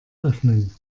öffnen